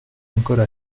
ancora